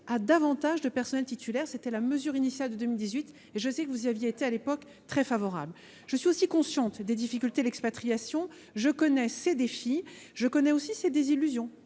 à davantage de personnels titulaires – tel était le sens initial de la mesure de 2018, et je sais que vous y aviez été, à l’époque, très favorable. Je suis aussi consciente des difficultés de l’expatriation : je connais ses défis, et je connais aussi ses désillusions,